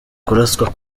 kuraswa